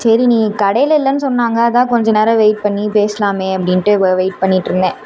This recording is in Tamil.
சரி நீ கடையில் இல்லைன்னு சொன்னாங்க அதான் கொஞ்சம் நேரம் வெயிட் பண்ணி பேசலாமே அப்படினுட்டு வெயிட் பண்ணிட்டுருந்தேன்